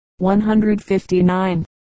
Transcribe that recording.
159